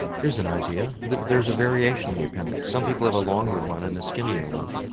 here's an idea, that there's a variation in the appendix, some people have a longer one and a skinnier one.